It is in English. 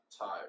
tire